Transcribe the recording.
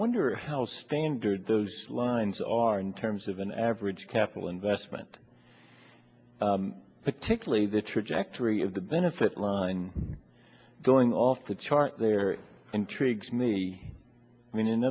wonder how standard those lines are in terms of an average capital investment particularly the trajectory of the benefit line going off the chart there intrigues me i mean in